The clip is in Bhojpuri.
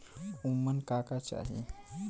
उमन का का चाही?